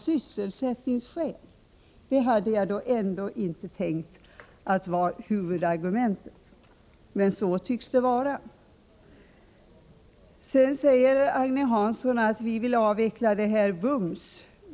Jag hade ändå inte tänkt mig att det var huvudargumentet, men så tycks det vara. Sedan sade Agne Hansson att vi vill avveckla omedelbart.